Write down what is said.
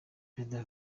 perezida